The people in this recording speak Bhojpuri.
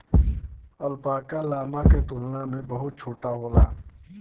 अल्पाका, लामा के तुलना में बहुत छोट होला